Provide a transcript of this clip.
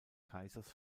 kaisers